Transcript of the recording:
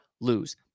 lose